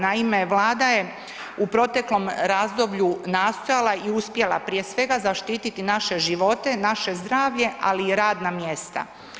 Naime, Vlada je u proteklom razdoblju nastojala i uspjela, prije svega zaštititi naše živote, naše zdravlje, ali i radna mjesta.